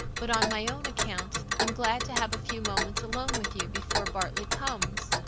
but, on my own account, i'm glad to have a few moments alone with you, before bartley comes.